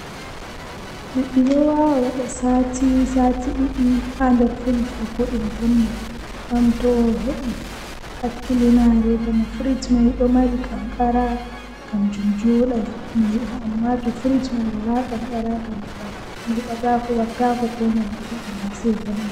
Awada ndiyamma haa dow fande a acca ndiyamman dolla alallita maroori ma laaba masin to ndiyam man dolli sei awaila marori ma haa nderndiyam man a acca ndiyamman dolla a acca marori man dolla be ndiyam man haa ndiyam man yarda marori man yarda ndiyamman fuu nden amema anana to bendi jam ajippina.